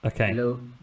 Okay